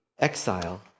exile